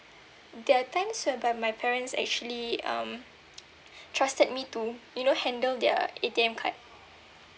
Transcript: there are times whereby my parents actually um trusted me to you know handle their A_T_M card